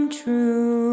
true